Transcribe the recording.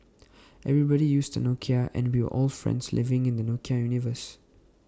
everybody used A Nokia and we were all friends living in the Nokia universe